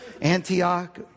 Antioch